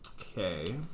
Okay